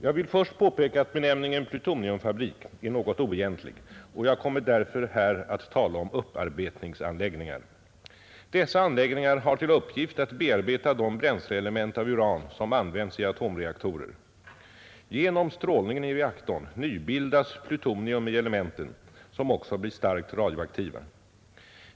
Jag vill först påpeka att benämningen plutoniumfabrik är något oegentlig, och jag kommer därför här att tala om upparbetningsanläggningar. Dessa anläggningar har till uppgift att bearbeta de bränsleelement av uran, som använts i atomreaktorer. Genom strålningen i reaktorn nybildas plutonium i elementen, som också blir starkt radioaktiva.